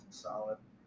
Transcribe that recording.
solid